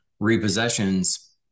repossessions